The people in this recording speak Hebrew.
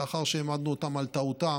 לאחר שהעמדנו אותם על טעותם